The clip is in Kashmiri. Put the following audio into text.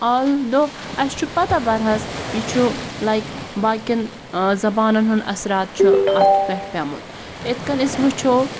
آلدھو اَسہِ چھُ پَتہ بہر آز یہِ چھُ لایک باقیَن زَبانن ہُنٛد اثرات چھُ اَتھ پٮ۪ٹھ پیوٚمُت یِتھ کٔنۍ أسۍ وٕچھو